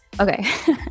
okay